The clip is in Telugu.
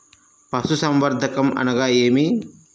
పశుసంవర్ధకం అనగా ఏమి?